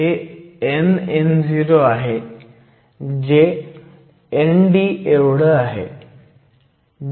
हे nno आहे जे ND एवढं आहे